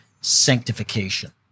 sanctification